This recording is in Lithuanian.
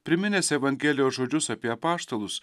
priminęs evangelijos žodžius apie apaštalus